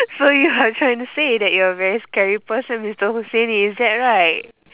so you're trying to say that you are a very scary person mister husaini is that right